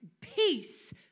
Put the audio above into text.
peace